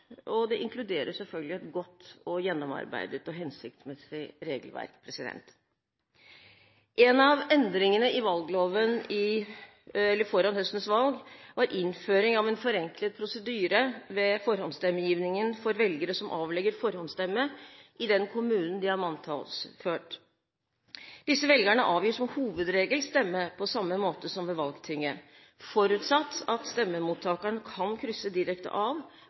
og det inkluderer selvfølgelig et godt, gjennomarbeidet og hensiktsmessig regelverk. En av endringene i valgloven foran høstens valg var innføring av en forenklet prosedyre ved forhåndsstemmegivningen for velgere som avlegger forhåndsstemme i den kommunen de er manntalsført. Disse velgerne avgir som hovedregel stemme på samme måte som ved valgtinget, forutsatt at stemmemottakeren kan krysse direkte av